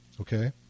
Okay